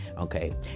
okay